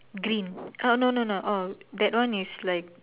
green ah no no no orh that one is like